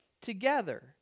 together